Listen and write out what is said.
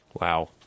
Wow